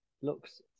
Looks